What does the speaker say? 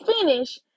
finish